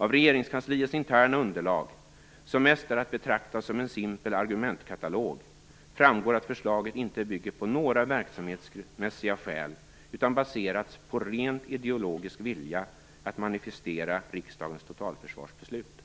Av regeringskansliets interna underlag, som mest är att betrakta som en simpel argumentkatalog, framgår att förslaget inte bygger på några verksamhetsmässiga grunder utan har baserats på en rent ideologisk vilja att manifestera riksdagens totalförsvarsbeslut.